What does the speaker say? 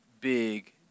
big